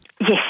Yes